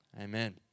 Amen